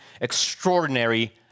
extraordinary